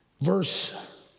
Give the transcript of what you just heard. Verse